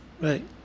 Right